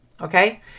Okay